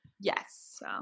Yes